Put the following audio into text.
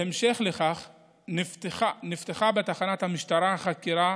בהמשך לכך נפתחה בתחנת המשטרה חקירה